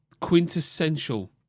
quintessential